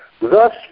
Thus